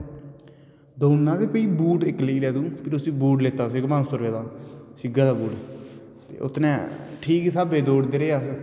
दोड़ना ते फिह बूट लेई ले इक फिर उस बूट लेता पंज सौ रुपे दा सेगा दा बूट ते उसने ठीक स्हावे दे दौड़दे रेह् अस